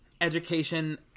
education